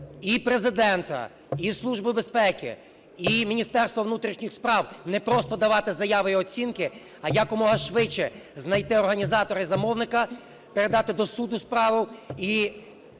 і Президента, і Службу безпеки, і Міністерство внутрішніх справ не просто давати заяви і оцінки, а якомога швидше знайти організатора і замовника, передати до суду справу, і